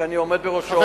שאני עומד בראשו,